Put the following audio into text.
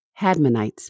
Hadmonites